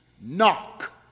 knock